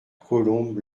colombe